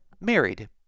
married